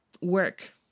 work